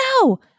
No